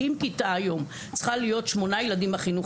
כי אם כיתה היום צריכה להיות שמונה ילדים בחינוך